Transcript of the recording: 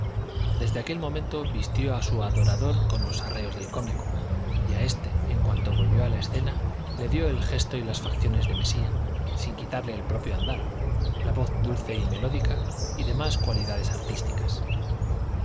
desde aquel momento vistió a su adorador con los arreos del cómico y a este en cuanto volvió a la escena le dio el gesto y las facciones de mesía sin quitarle el propio andar la voz dulce y melódica y demás cualidades artísticas